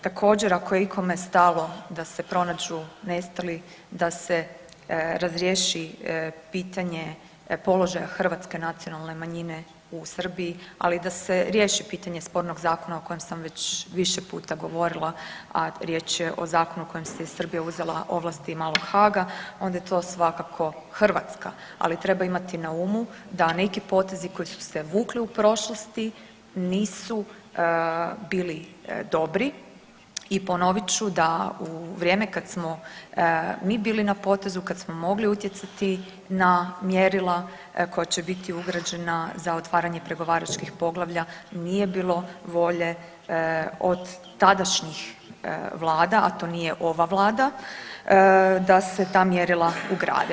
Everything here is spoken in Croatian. Također ako je ikome stalo da se pronađu nestali, da se razriješi pitanje položaja hrvatske nacionalne manjine u Srbiji, ali i da se riješi pitanje spornog zakona o kojem sam već više puta govorila, a riječ je o zakonu kojim si je Srbija uzela ovlasti malog Haga onda je to svakako Hrvatska, ali treba imati na umu da neki potezi koji su se vukli u prošlosti nisu bili dobri i ponovit ću da u vrijeme kad smo mi bili na potezu, kad smo mogli utjecati na mjerila koja će biti ugrađena za otvaranje pregovaračkih poglavlja nije bilo volje od tadašnjih vlada, a to nije ova vlada, da se ta mjerila ugrade.